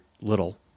little